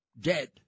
Dead